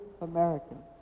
Americans